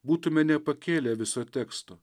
būtume nepakėlę viso teksto